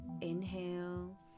inhale